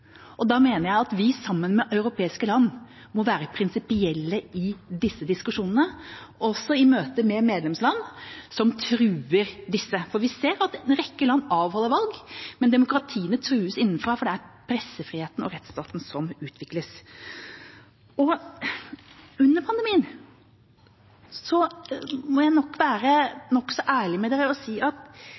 Da mener jeg at vi, sammen med europeiske land, må være prinsipielle i disse diskusjonene, også i møte med medlemsland som truer disse. For vi ser at en rekke land avholder valg, men demokratiene trues innenfra. Pressefriheten og rettsstaten må utvikles. Under pandemien – der må jeg være nokså ærlig